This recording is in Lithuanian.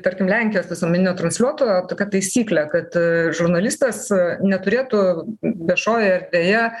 tarkim lenkijos visuomeninio transliuotojo tokia taisyklė kad žurnalistas neturėtų viešojoje erdvėje